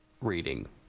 reading